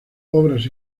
obras